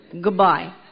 Goodbye